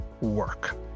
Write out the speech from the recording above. work